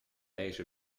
deze